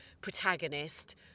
protagonist